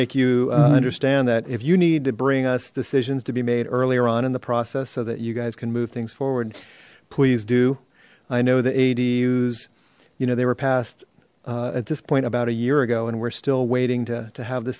make you understand that if you need to bring us decisions to be made earlier on in the process so that you guys can move things forward please do i know the ad use you know they were passed at this point about a year ago and we're still waiting to have the